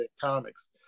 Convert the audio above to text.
Comics